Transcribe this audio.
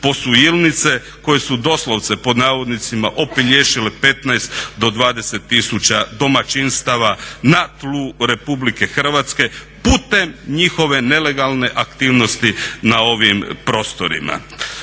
Raiffeisen … koje su doslovce "opelješile" 15 do 20 tisuća domaćinstava na tlu Republike Hrvatske putem njihove nelegalne aktivnosti na ovim prostorima.